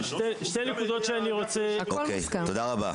תודה רבה.